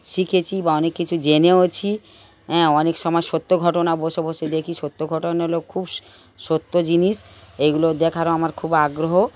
শিখেছি বা অনেক কিছু জেনেওছি হ্যাঁ অনেক সময় সত্য ঘটনা বসে বসে দেখি সত্য ঘটনা হলো খুব সত্য জিনিস এগুলো দেখারও আমার খুব আগ্রহ